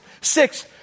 Six